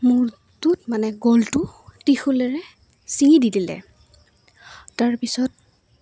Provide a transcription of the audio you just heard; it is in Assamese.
মূৰটোত মানে গলটো ত্ৰিশূলেৰে ছিঙি দি দিলে তাৰ পিছত